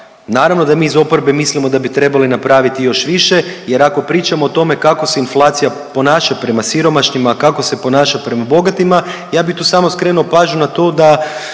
Naravno da mi iz oporbe mislimo da bi trebali napraviti još više, jer ako pričamo o tome kako se inflacija ponaša prema siromašnima, a kako se ponaša prema bogatima ja bih tu samo skrenuo pažnju na to da